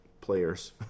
players